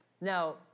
Now